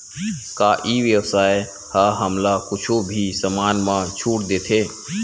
का ई व्यवसाय ह हमला कुछु भी समान मा छुट देथे?